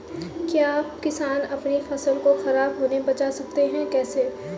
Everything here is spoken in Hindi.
क्या किसान अपनी फसल को खराब होने बचा सकते हैं कैसे?